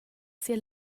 sia